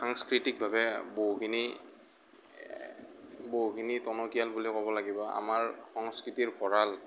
সাংস্কৃতিক ভাৱে বহুতখিনি বহুতখিনি টনকীয়াল বুলি ক'ব লাগিব আমাৰ সংস্কৃতিৰ ভৰাঁল